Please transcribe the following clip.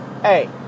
Hey